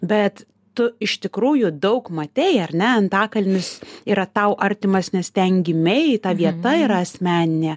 bet tu iš tikrųjų daug matei ar ne antakalnis yra tau artimas nes ten gimei ta vieta yra asmeninė